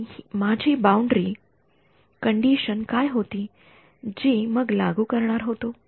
आणि माझी boundary condition काय होती जी मी लागू करणार होतो